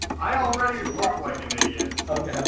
i already look like an idiot. okay,